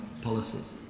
policies